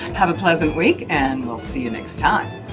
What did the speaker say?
have a pleasant week and we'll see you next time.